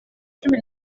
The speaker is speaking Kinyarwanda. cumi